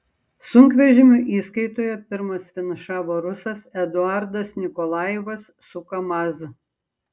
sunkvežimių įskaitoje pirmas finišavo rusas eduardas nikolajevas su kamaz